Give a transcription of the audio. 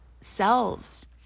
selves